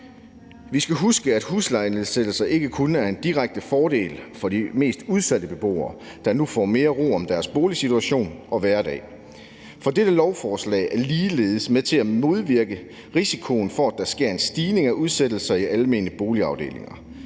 skal huske, at huslejenedsættelser ikke kun er en direkte fordel for de mest udsatte beboere, der nu får mere ro om deres boligsituation og hverdag. For dette lovforslag er ligeledes med til at modvirke risikoen for, at der sker en stigning af udsættelser i almene boligafdelinger.